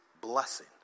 blessing